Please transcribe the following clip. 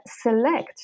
select